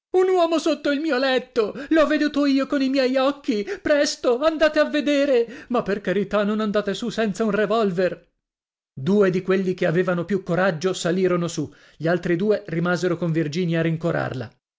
un uomo sotto il mio letto l'ho veduto io con i miei occhi presto andate a vedere ma per carità non andate su senza un revolver due di quelli che avevano più coraggio salirono su gli altri due rimasero con virginia